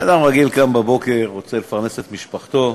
בן-אדם רגיל קם בבוקר, רוצה לפרנס את משפחתו,